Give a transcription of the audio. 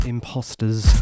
Imposters